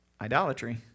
idolatry